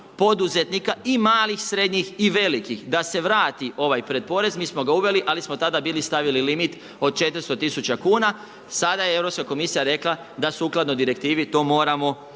poduzetnika i malih, srednjih, velikih da se vrati ovaj pretporez. Mi smo ga uveli, ali smo tada bili stavili limit od 400 tisuća kuna. Sada je EK rekla da sukladno direktivi to moramo